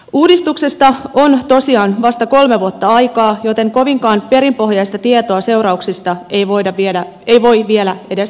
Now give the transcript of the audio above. uudistuksesta on tosiaan vasta kolme vuotta aikaa joten kovinkaan perinpohjaista tietoa seurauksista ei voi vielä edes olla olemassa